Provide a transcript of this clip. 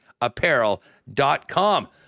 apparel.com